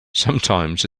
sometimes